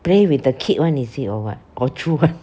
play with the kid [one] is it or what or true [one]